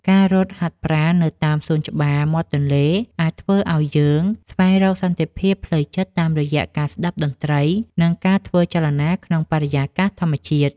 ការរត់ហាត់ប្រាណនៅតាមសួនច្បារមាត់ទន្លេ អាចធ្វើឲ្យយើងស្វែងរកសន្តិភាពផ្លូវចិត្តតាមរយៈការស្ដាប់តន្ត្រី និងការធ្វើចលនាក្នុងបរិយាកាសធម្មជាតិ។